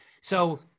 So-